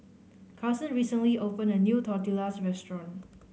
Carsen recently opened a new Tortillas Restaurant